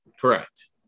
correct